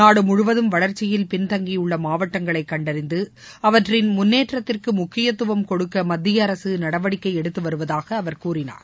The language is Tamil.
நாடு முழுவதும் வளர்ச்சியில் பின்தங்கியுள்ள மாவட்டங்களை கண்டறிந்து அவற்றின் முன்னேற்றத்திற்கு முக்கியத்துவம் கொடுக்க மத்திய அரசு நடவடிக்கை எடுத்து வருவதாக அவர் கூறினார்